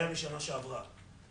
הזאת